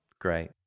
Great